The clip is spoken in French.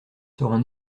seront